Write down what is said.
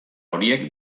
horiek